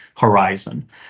horizon